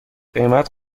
قیمت